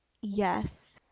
Yes